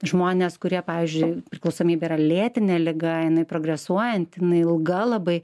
žmonės kurie pavyzdžiui priklausomybė yra lėtinė liga jinai progresuojanti ilga labai